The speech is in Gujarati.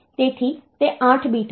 તેથી તે 8 બીટ હતું